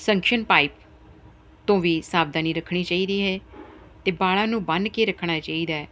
suction pipe ਤੋਂ ਵੀ ਸਾਵਧਾਨੀ ਰੱਖਣੀ ਚਾਹੀਦੀ ਹੈ ਅਤੇ ਬਾਲਾਂ ਨੂੰ ਬੰਨ ਕੇ ਰੱਖਣਾ ਚਾਹੀਦਾ